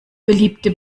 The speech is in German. beliebte